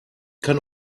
kann